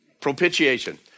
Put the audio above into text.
Propitiation